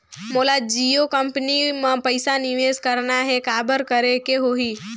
मोला जियो कंपनी मां पइसा निवेश करना हे, काबर करेके होही?